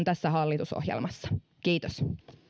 tässä hallitusohjelmassa kiitos